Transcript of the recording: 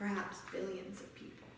perhaps millions of people